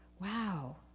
wow